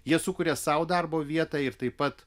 jie sukuria sau darbo vietą ir taip pat